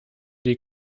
die